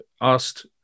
asked